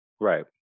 right